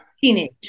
teenage